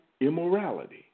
immorality